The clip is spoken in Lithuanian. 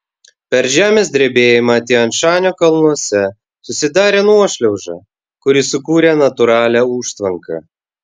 per žemės drebėjimą tian šanio kalnuose susidarė nuošliauža kuri sukūrė natūralią užtvanką